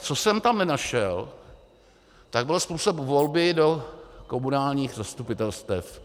Co jsem tam ale nenašel, tak byl způsob volby do komunálních zastupitelstev.